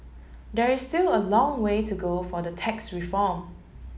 there is still a long way to go for the tax reform